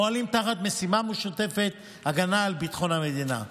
פועלים תחת משימה משותפת, הגנה על ביטחון המדינה.